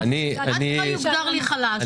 טוב, אני ------ יוגדר לי חלש.